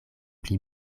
pli